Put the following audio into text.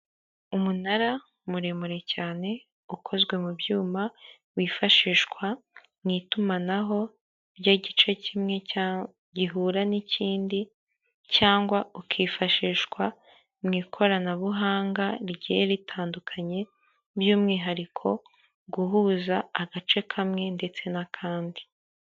Umunara muremure cyane ukozwe mu byuma wifashishwa mu itumanaho ry'igice kimwe gihura n'ikindi cyangwa ukifashishwa mu ikoranabuhanga rigiye ritandukanye by'umwihariko guhuza agace kamwe ndetse n'akandi.